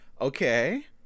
Okay